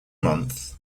month